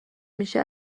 میشه